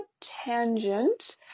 tangent